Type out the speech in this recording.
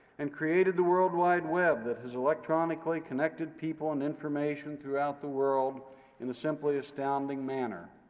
and created the worldwide web that has electronically connected people and information throughout the world in a simply astounding manner.